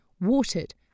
watered